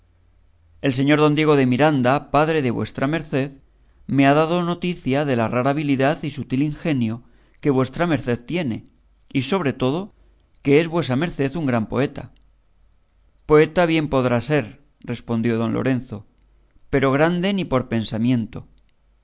el señor don diego de miranda padre de vuesa merced me ha dado noticia de la rara habilidad y sutil ingenio que vuestra merced tiene y sobre todo que es vuesa merced un gran poeta poeta bien podrá ser respondió don lorenzo pero grande ni por pensamiento